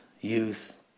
youth